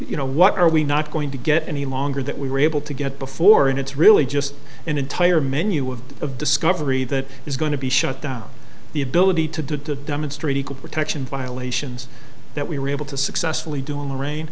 you know what are we not going to get any longer that we were able to get before and it's really just an entire menu of of discovery that is going to be shut down the ability to demonstrate equal protection violations that we were able to successfully do in the rain